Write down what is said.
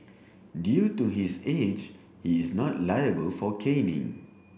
due to his age he is not liable for caning